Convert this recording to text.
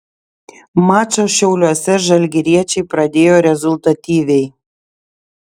mačą šiauliuose žalgiriečiai pradėjo rezultatyviai